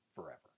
forever